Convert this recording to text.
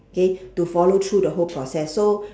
okay to follow through the whole process so